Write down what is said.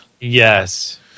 Yes